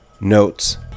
notes